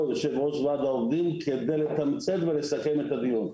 יושב ראש וועד העובדים כדי לתמצת ולסכם את הדיון.